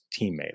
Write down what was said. teammate